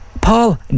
Paul